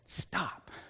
stop